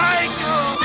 Michael